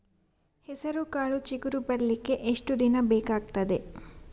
ಹೆಸರುಕಾಳು ಚಿಗುರು ಬರ್ಲಿಕ್ಕೆ ಎಷ್ಟು ದಿನ ಬೇಕಗ್ತಾದೆ?